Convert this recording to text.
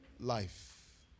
life